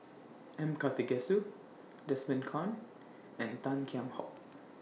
M Karthigesu Desmond Kon and Tan Kheam Hock